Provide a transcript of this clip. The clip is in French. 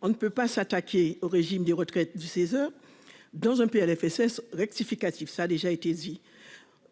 On ne peut pas s'attaquer aux régimes des retraites du 16h dans un PLFSS rectificatif ça déjà été dit.